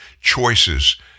choices